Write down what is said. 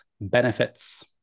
benefits